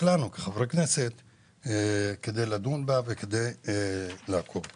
בפנינו כחברי כנסת - כדי לדון בה וכדי לעקוב אחריה.